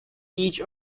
each